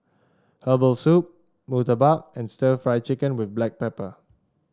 Herbal Soup murtabak and stir Fry Chicken with Black Pepper